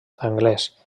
anglès